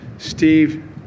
Steve